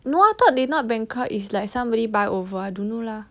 no I thought they not bankrupt is like somebody buy over I don't know lah